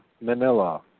Manila